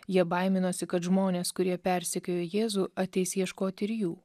jie baiminosi kad žmonės kurie persekiojo jėzų ateis ieškoti ir jų